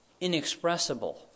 inexpressible